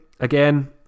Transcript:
Again